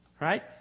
right